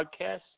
podcast